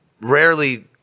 rarely